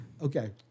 okay